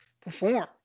perform